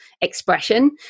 expression